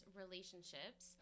relationships